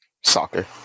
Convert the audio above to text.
soccer